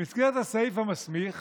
במסגרת הסעיף המסמיך